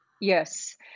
Yes